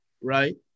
right